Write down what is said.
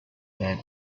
that